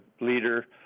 leader